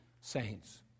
saints